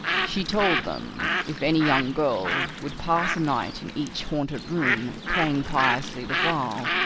she told them if any young girl would pass a night in each haunted room, praying piously the while,